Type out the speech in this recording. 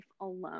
alone